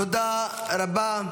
תודה רבה.